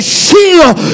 shield